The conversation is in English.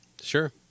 Sure